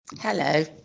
Hello